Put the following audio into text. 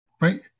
right